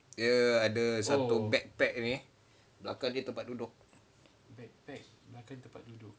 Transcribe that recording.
dia ada satu backpack ni dia jadi tempat duduk